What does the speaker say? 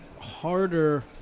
harder